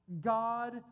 God